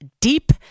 deep